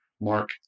Mark